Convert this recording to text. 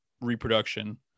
reproduction